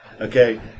okay